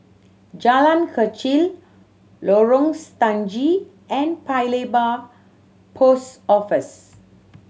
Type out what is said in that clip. Jalan Kechil Lorong Stangee and Paya Lebar Post Office